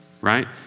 right